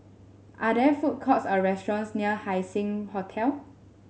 are there food courts or restaurants near Haising Hotel